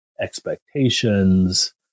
expectations